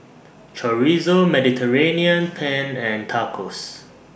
Chorizo Mediterranean Penne and Tacos